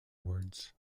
words